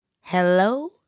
hello